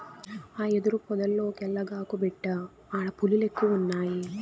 ఆ యెదురు పొదల్లోకెల్లగాకు, బిడ్డా ఆడ పులిలెక్కువున్నయి